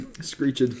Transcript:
Screeched